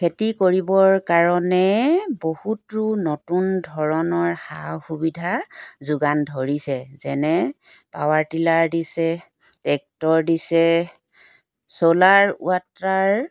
খেতি কৰিবৰ কাৰণে বহুতো নতুন ধৰণৰ সা সুবিধা যোগান ধৰিছে যেনে পাৱাৰ টিলাৰ দিছে টেক্টৰ দিছে চ'লাৰ ৱাটাৰ